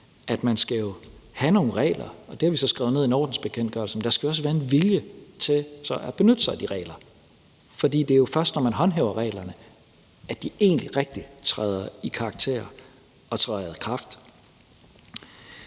jo skal have nogle regler. Det har vi så skrevet ned i en ordensbekendtgørelse, men der skal også være en vilje til at benytte sig af de regler, for det er jo først, når man håndhæver reglerne, at de egentlig rigtig træder i karakter og træder i kraft.